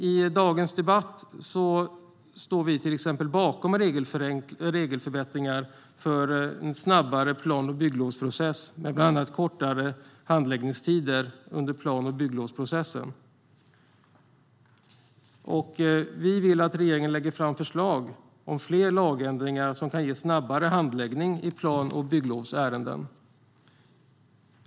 I dagens debatt står vi till exempel bakom regelförbättringar för en snabbare plan och bygglovsprocess med bland annat kortare handläggningstider. Vi vill att regeringen lägger fram förslag på fler lagändringar som kan ge snabbare handläggning av plan och bygglovsärenden.